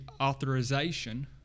authorization